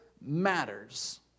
matters